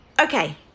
Okay